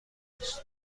است